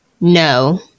No